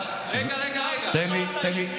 רגע, רגע, רגע.